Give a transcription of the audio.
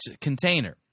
container